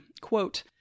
Quote